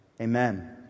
amen